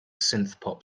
synthpop